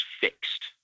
fixed